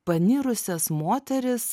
panirusias moteris